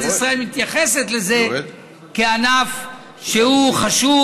ישראל מתייחסת לזה כענף שהוא חשוב,